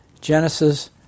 Genesis